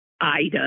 Ida